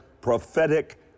prophetic